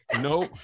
Nope